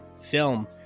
Film